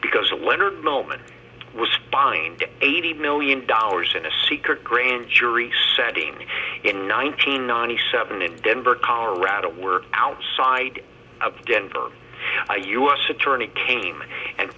because a leonard moment was fined eighty million dollars in a secret grand jury setting in nineteen ninety seven in denver colorado were outside of denver a u s attorney came and